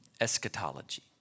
eschatology